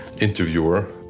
interviewer